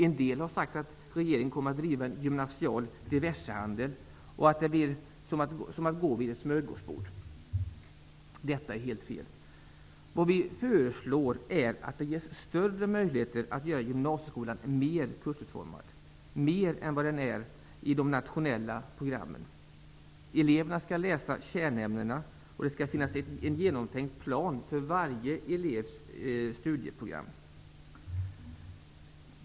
En del har sagt att regeringen kommer att driva en gymnasial diversehandel och att det blir som att gå till ett smörgåsbord. Detta är helt fel. Vad vi föreslår är att det ges större möjligheter att göra gymnasieskolan mer kursutformad, mer än vad den är i de nationella programmen. Eleverna skall läsa kärnämnena, och det skall finnas en genomtänkt plan för varje elevs studieprogram.